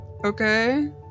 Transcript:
Okay